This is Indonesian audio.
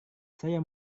saya